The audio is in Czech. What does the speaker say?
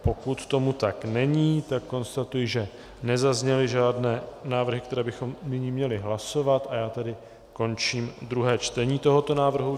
Pokud tomu tak není, konstatuji, že nezazněly žádné návrhy, které bychom nyní měli hlasovat, a já tedy končím druhé čtení tohoto návrhu.